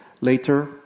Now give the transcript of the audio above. later